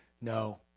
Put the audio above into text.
No